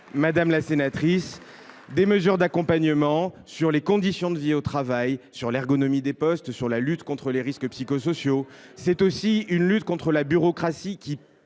madame la sénatrice, des mesures d’accompagnement en matière de conditions de vie au travail, d’ergonomie des postes et de lutte contre les risques psychosociaux. Ce plan, c’est aussi une lutte contre la bureaucratie, qui